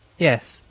yes,